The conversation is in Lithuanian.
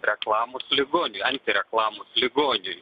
reklamos ligoniui antireklamos ligoniui